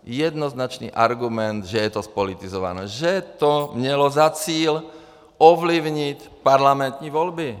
Jednoznačný argument, že je to zpolitizované, že to mělo za cíl ovlivnit parlamentní volby.